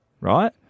right